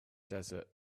desert